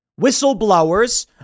whistleblowers